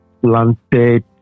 planted